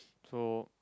so